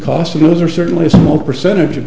costs and those are certainly a small percentage of